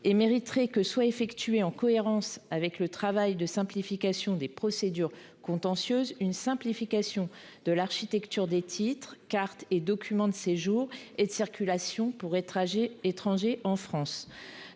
et nécessite que soit effectuée, en cohérence avec le travail de simplification des procédures contentieuses, une simplification de l’architecture des titres, cartes et documents de séjour et de circulation pour étranger en France.